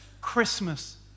Christmas